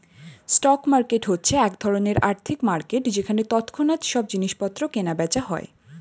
stock market হচ্ছে এক ধরণের আর্থিক মার্কেট যেখানে তৎক্ষণাৎ সব জিনিসপত্র কেনা বেচা হয়